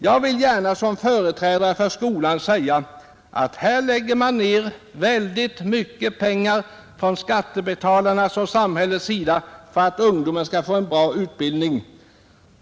Jag vill gärna som företrädare för skolan säga, att här lägger man ner väldigt mycket pengar från skattebetalarnas och samhällets sida för att ungdomen ska få en bra utbildning.